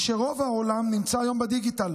היא שרוב העולם נמצא היום בדיגיטל.